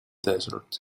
desert